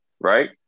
right